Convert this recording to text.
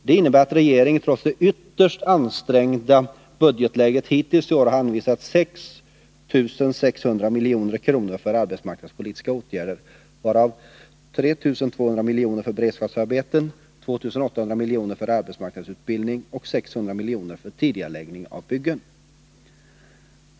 Det innebär att regeringen trots det ytterst ansträngda budgetläget hittills i år har anvisat 6 600 milj.kr. för arbetsmarknadspolitiska åtgärder, varav 3 200 milj.kr. för beredskapsarbeten, 2 800 milj.kr. för arbetsmarknadsutbildning och 600 milj.kr. för tidigareläggning av byggen.